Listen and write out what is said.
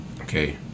okay